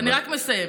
אני רק מסיימת.